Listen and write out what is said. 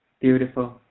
Beautiful